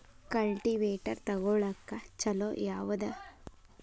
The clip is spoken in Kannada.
ಕಲ್ಟಿವೇಟರ್ ತೊಗೊಳಕ್ಕ ಛಲೋ ಯಾವದ?